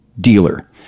dealer